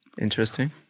Interesting